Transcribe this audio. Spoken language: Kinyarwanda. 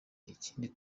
ikindi